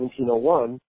1701